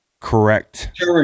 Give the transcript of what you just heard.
correct